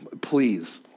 please